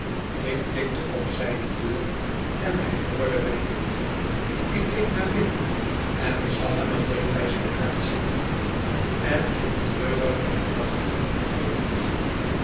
ik tikte op zijne deur en hij hoorde mij niet ik keek naar binnen en zag hem alleen bij zijn haard zitten en in treturige gedachten verdiept